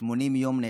שנעדר במשך 80 יום.